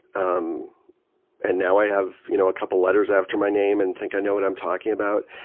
um and now i have you know a couple letters after my name and think i know what i'm talking about,